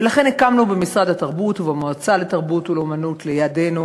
ולכן הקמנו במשרד התרבות ובמועצה לתרבות ולאמנות לידנו